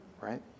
right